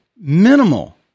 minimal